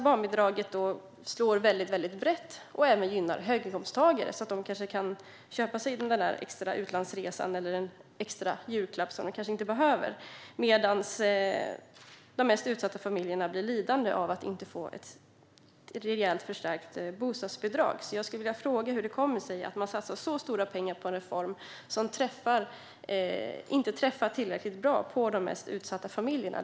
Barnbidraget slår väldigt brett och gynnar även höginkomsttagare som kanske kan köpa sig den där extra utlandsresan eller en extra julklapp som de kanske inte behöver, medan de mest utsatta familjerna blir lidande av att inte få ett rejält förstärkt bostadsbidrag. Jag skulle därför vilja fråga hur det kommer sig att man satsar så stora pengar på en reform som inte träffar de mest utsatta familjerna tillräckligt bra.